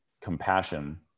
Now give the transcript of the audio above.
compassion